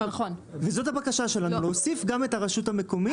וזאת הבקשה שלנו להוסיף גם את הרשות המקומית,